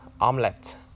omelette